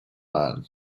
man